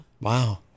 Wow